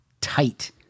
tight